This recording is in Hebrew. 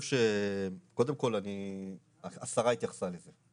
קודם כל, השרה התייחסה לזה.